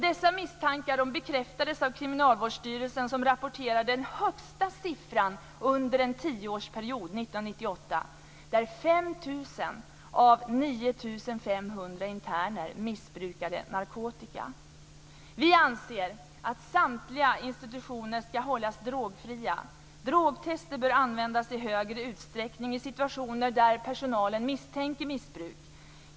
Dessa misstankar bekräftades av Kriminalvårdsstyrelsen som rapporterade den högsta siffran under en tioårsperiod 1998 - 5 000 av 9 500 interner missbrukade narkotika. Vi anser att samtliga institutioner ska hållas drogfria. Drogtest bör användas i större utsträckning i situationer där personalen misstänker missbruk.